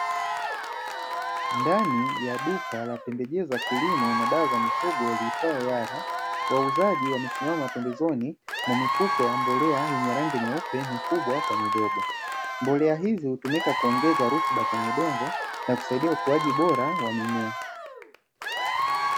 Ndani ya duka la pembejeo za kilimo na dawa za mifugo liitwayo "YARA", wauzaji wamesimama pembezoni mwa mifuko ya mbolea yenye rangi nyeupe mikubwa kwa midogo. Mbolea hizi hutumika kuongeza rutuba kwenye udongo na kusaidia ukuaji bora wa mimea.